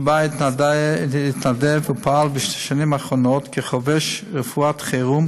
שבה התנדב ופעל בשנים האחרונות כחובש רפואת חירום,